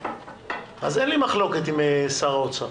אין לי מחלוקת עם שר האוצר.